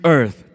Earth